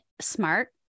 smart